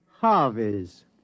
Harvey's